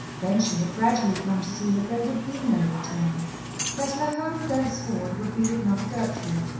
then she had gradually come to see that there would be no return that her home thenceforward would be with mother gertrude,